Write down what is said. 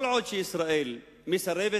כל עוד ישראל מסרבת